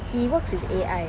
he works with A_I